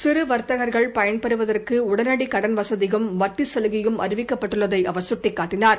சிறு வர்த்தகர்கள் பயன் பெறுவதற்கு உடனடி கடன் வசதியும் வட்டி சலுகையும் அறிவிக்கப்பட்டுள்ளதை அவர் சுட்டிக் காட்டினார்